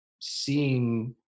seeing